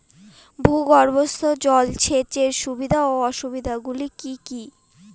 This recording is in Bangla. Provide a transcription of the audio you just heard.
ভূগর্ভস্থ জল সেচের সুবিধা ও অসুবিধা গুলি কি কি?